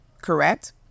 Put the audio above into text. correct